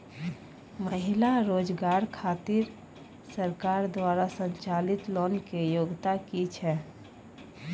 महिला रोजगार खातिर सरकार द्वारा संचालित लोन के योग्यता कि छै?